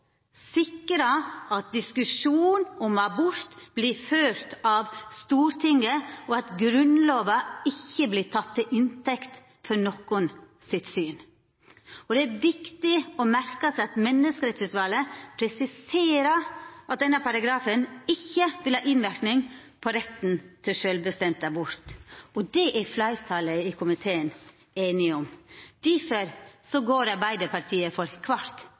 sikra at diskusjonen om abort vert ført av Stortinget, og at Grunnlova ikkje vert teke til inntekt for nokons syn. Det er viktig å merka seg at Menneskerettsutvalet presiserer at denne paragrafen ikkje vil ha innverknad på retten til sjølvbestemt abort, og det er fleirtalet i komiteen einige om. Difor går Arbeidarpartiet for: